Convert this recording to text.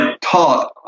taught